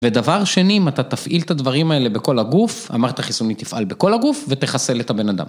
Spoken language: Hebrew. ודבר שני, אם אתה תפעיל את הדברים האלה בכל הגוף, המערכת החיסונית תפעל בכל הגוף ותחסל את הבן אדם.